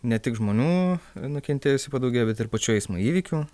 ne tik žmonių nukentėjusių padaugėjo bet ir pačių eismo įvykių